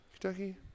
Kentucky